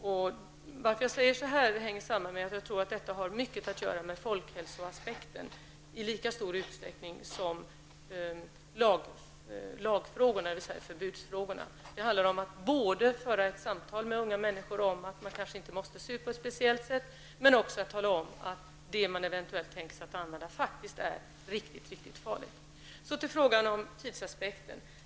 Att jag säger detta hänger samman med att jag tror att detta har mycket att göra med folkhälsoaspekten i lika stor utsträckning som lagfrågorna, dvs. förbudsfrågorna. Det handlar om att både föra samtal med unga människor om att de kanske inte måste se ut på ett speciellt sätt, och att tala om att det de eventuellt tänker sig att använda faktiskt är riktigt farligt. Så till frågan om tidsaspekten.